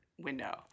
window